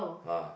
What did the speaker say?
ah